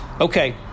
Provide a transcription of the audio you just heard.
Okay